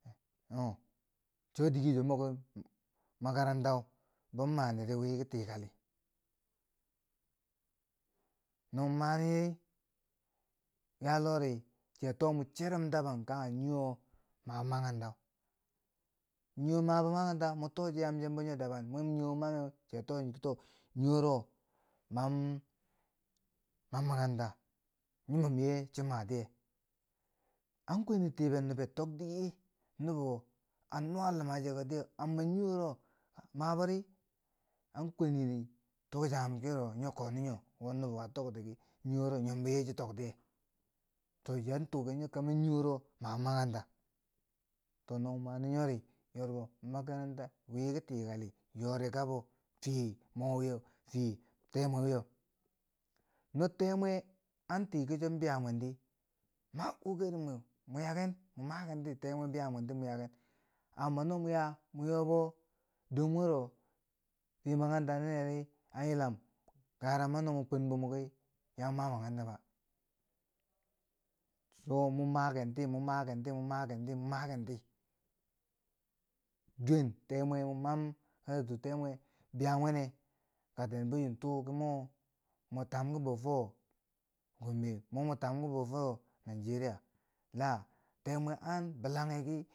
heg o. cho dike cho moko makarantau ban maniri, wi ki tikali, no mariri yaa loh ri chiya too mon cherum daban kanghe niwo mabo makarantau, niwo mabo makaranta mwa too yamchembo dabam, no nwo mameu, chi toki to niuwo, mam mam makaranta, nyimom ye chi matiye. An kweni tiber nobeb tok dike nubo a nuwa luma cheko tike, amma nii wuro mabo ri, an kweni ri, an tukchanghum kero nyo koni nyo, wo nobo a tokti ki nii wuro nyombo ye cho toktiye to chiyan tuken tamwi nii wuro mabo makaranta. To no mo mani nyori yorbo, makaranta wi ki tikali yori kabo fiye mo wiye, fiye temwe wiye. No temwe an ti ki chan biyamwendi, ma kokari mwe ma yaaken, ma makenti, temwe biya mwenti ma yaaken, amma no mo yaa, mo yobo dor mwero fiye makaranta ninne ri, an yilam gara ma no mo kwenbo muki ya mwa ma makaranta ba to mo makenti, mo makenti, mo makenti, mo makenti. Duwen te mwe mam, karatu temwe biya mwene kaketendi chin tuu ki mo mo tamk bo fo Gombe, mo mo tamki bo fo Nigeria, la temwe an bilanghi ki.